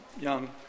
young